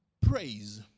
praise